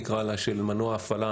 נקרא לה,